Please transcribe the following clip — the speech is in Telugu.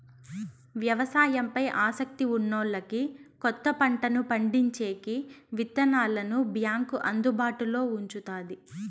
వ్యవసాయం పై ఆసక్తి ఉన్నోల్లకి కొత్త పంటలను పండించేకి విత్తనాలను బ్యాంకు అందుబాటులో ఉంచుతాది